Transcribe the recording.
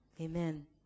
Amen